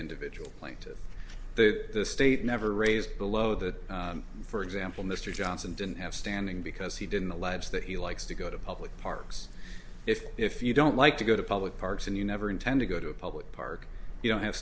individual plaintive the state never raised below that for example mr johnson didn't have standing because he didn't allege that he likes to go to public parks if if you don't like to go to public parks and you never intend to go to a public park you don't have